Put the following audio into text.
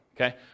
okay